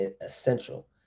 essential